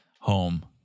home